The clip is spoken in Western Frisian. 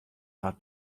har